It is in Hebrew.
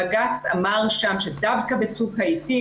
בג"ץ אמר שם שדווקא בצוק העתים,